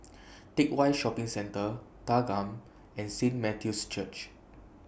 Teck Whye Shopping Centre Thanggam and Saint Matthew's Church